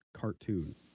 cartoon